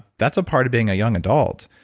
that's a part of being a young adult.